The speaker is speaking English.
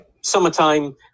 summertime